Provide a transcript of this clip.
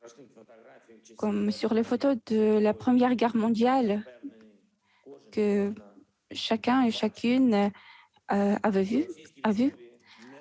voit sur les photos de la Première Guerre mondiale que chacune et chacun connaît.